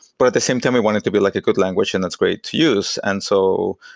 but at the same time, we want it to be like a good language and that's great to use. and so,